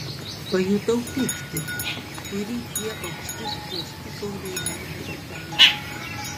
pajutau pyktį kurį tie aukšti skruostikauliai leido įtarti